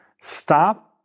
Stop